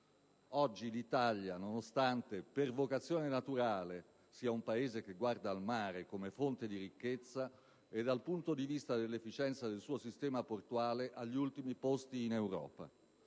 Oggi l'Italia, nonostante per vocazione naturale sia un Paese che guarda al mare come fonte di ricchezza, è dal punto di vista dell'efficienza del suo sistema portuale agli ultimi posti in Europa.